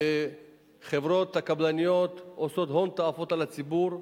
והחברות הקבלניות עושות הון תועפות על הציבור,